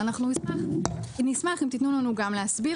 נשמח אם תיתנו לנו גם להסביר,